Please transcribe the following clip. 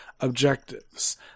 objectives